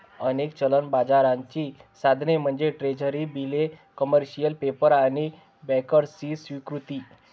अनेक चलन बाजाराची साधने म्हणजे ट्रेझरी बिले, कमर्शियल पेपर आणि बँकर्सची स्वीकृती